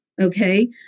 Okay